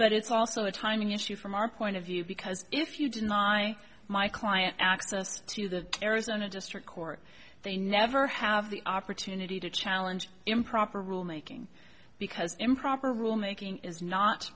but it's also a timing issue from our point of view because if you deny my client access to the arizona district court they never have the opportunity to challenge improper rulemaking because improper rulemaking is not